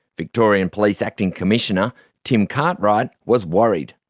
victorian police acting commissioner tim cartwright was worried.